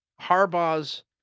Harbaugh's